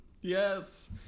Yes